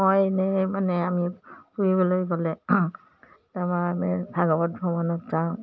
মই এনেই মানে আমি ফুৰিবলৈ গ'লে তাৰপৰা আমি ভাগৱত ভ্ৰমণত যাওঁ